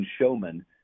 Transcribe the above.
showman